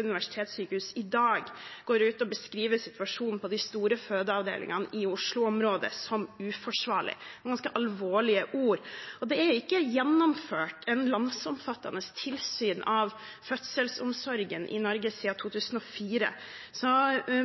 universitetssykehus i dag går ut og beskriver situasjonen på de store fødeavdelingene i Oslo-området som uforsvarlig. Det er ganske alvorlige ord. Det er ikke gjennomført et landsomfattende tilsyn av fødselsomsorgen i Norge siden 2004.